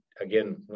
again